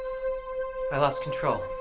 i lost control.